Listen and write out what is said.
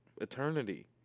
eternity